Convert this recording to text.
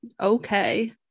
Okay